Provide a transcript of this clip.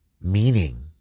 meaning